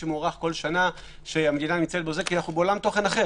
שמוארך כל שנה כי אנחנו בעולם תוכן אחר.